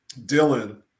Dylan